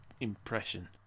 impression